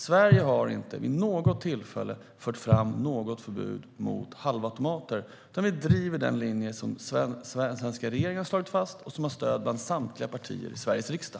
Sverige har inte vid något tillfälle fört fram något förbud mot halvautomater, utan vi driver den linje som den svenska regeringen har slagit fast och som har stöd bland samtliga partier i Sveriges riksdag.